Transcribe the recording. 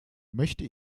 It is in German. möchte